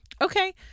okay